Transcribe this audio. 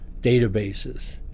databases